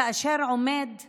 כאשר עומדת